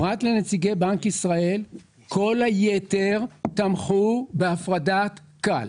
פרט לנציגי בנק ישראל, כל היתר תמכו בהפרדת כאל.